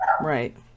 Right